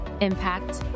impact